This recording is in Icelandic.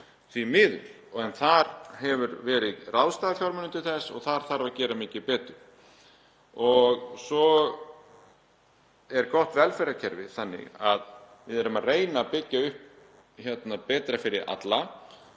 því miður, en þar hefur verið ráðstafað fjármunum til þess og þar þarf að gera mikið betur. Svo er gott velferðarkerfi þannig að við erum að reyna að byggja upp betra kerfi fyrir alla